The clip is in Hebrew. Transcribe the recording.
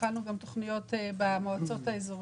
התחלנו גם תוכניות במועצות המקומיות